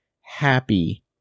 happy